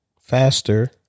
faster